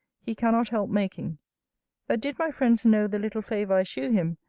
he cannot help making that did my friends know the little favour i shew him,